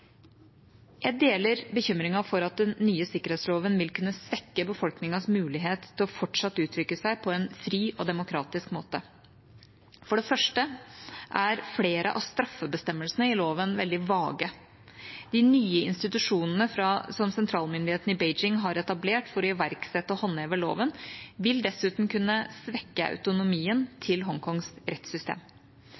Jeg deler bekymringen for at den nye sikkerhetsloven vil kunne svekke befolkningens mulighet til fortsatt å kunne utrykke seg på en fri og demokratisk måte. For det første er flere av straffebestemmelsene i loven veldig vage. De nye institusjonene som sentralmyndighetene i Beijing har etablert for å iverksette og håndheve loven, vil dessuten kunne svekke autonomien